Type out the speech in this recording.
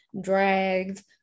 dragged